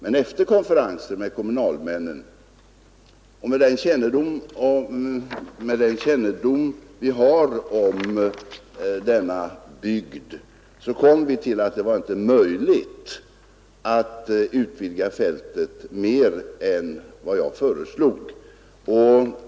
Efter konferens med kommunalmännen och med den kännedom vi har om denna bygd kom vi fram till att det inte var möjligt att utvidga fältet mer än vad jag föreslog.